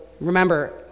remember